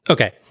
Okay